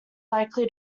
likely